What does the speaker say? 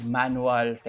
manual